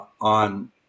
on